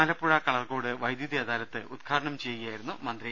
ആലപ്പുഴ കളർകോട് വൈദ്യുതി അദാലത്ത് ഉദ്ഘാടനം ചെയ്യുകയായിരുന്നു അദ്ദേഹം